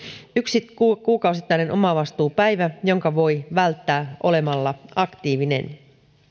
yksi kuukausittainen omavastuupäivä jonka voi välttää olemalla aktiivinen